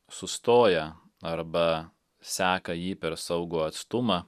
sustoja arba seka jį per saugų atstumą